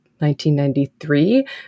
1993